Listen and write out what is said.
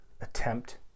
attempt